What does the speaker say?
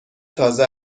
تازه